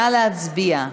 נא להצביע.